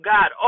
God